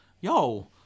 Yo